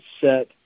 set